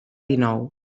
dinou